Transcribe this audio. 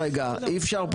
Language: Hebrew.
מרגישים בו